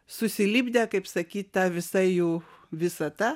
susilipdę kaip sakyt ta visa jų visata